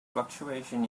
fluctuation